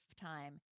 time